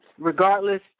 regardless